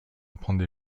prendre